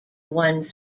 won